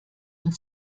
und